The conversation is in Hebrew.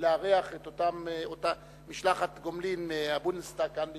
לארח את משלחת הגומלין מהבונדסטאג כאן בישראל,